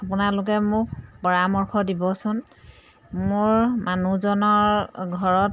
আপোনালোকে মোক পৰামৰ্শ দিবচোন মোৰ মানুহজনৰ ঘৰত